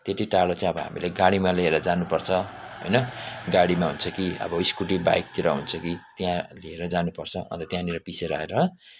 त्यति टाडो चाहिँ अब हामीले गाडीमा लिएर जानुपर्छ होइन गाडीमा हुन्छ कि अब स्कुटी बाइकतिर हुन्छ कि त्यहाँ लिएर जानुपर्छ अन्त त्यहनिर पिसेर आएर